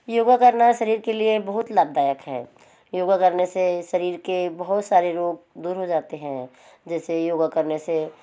योगा करना शरीर के लिए बहुत लाभदायक है योगा करने से शरीर के बहुत सारे रोग दूर हो जाते हैं जैसे योगा करने से